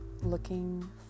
looking